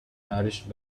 nourished